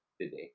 today